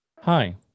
hi